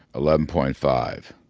eleven point five.